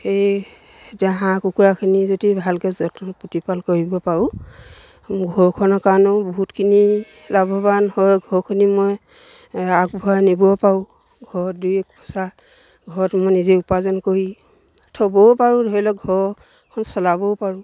সেই এতিয়া হাঁহ কুকুৰাখিনি যদি ভালকৈ যত্ন প্ৰতিপাল কৰিব পাৰোঁ ঘৰখনৰ কাৰণেও বহুতখিনি লাভৱান হয় ঘৰখন মই আগবঢ়াই নিবও পাৰোঁ ঘৰত দুই এক পইচা ঘৰত মই নিজে উপাৰ্জন কৰি থ'বও পাৰোঁ ধৰি লওক ঘৰখন চলাবও পাৰোঁ